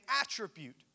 attribute